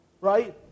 Right